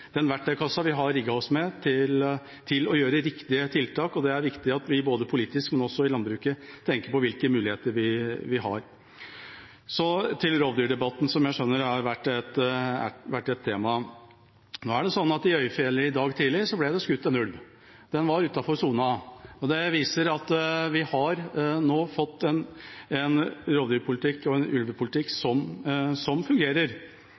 den verktøykassa vi har rigget oss med, til å sette i verk riktige tiltak, og det er viktig at vi politisk, men også i landbruket, tenker på hvilke muligheter vi har. Så til rovdyrdebatten, som jeg skjønner har vært et tema. I Øyerfjellet ble det i dag tidlig skutt en ulv. Den var utenfor sonen. Det viser at vi nå har fått en rovdyrpolitikk, og en ulvepolitikk, som fungerer.